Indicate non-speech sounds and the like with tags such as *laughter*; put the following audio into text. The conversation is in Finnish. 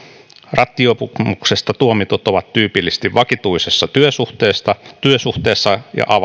rattijuopumuksesta tuomitut ovat tyypillisesti vakituisessa työsuhteessa työsuhteessa ja *unintelligible*